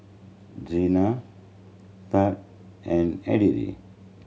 Zina Tad and Edrie